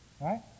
right